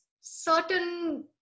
certain